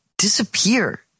Disappear